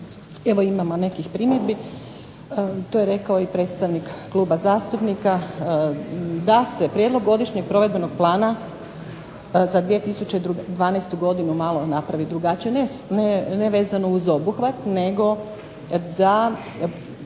evo imamo nekih primjedbi. To je rekao i predstavnik kluba zastupnika da se prijedlog godišnjeg provedbenog plana za 2012. godinu malo napravi drugačije nevezano uz obuhvat nego da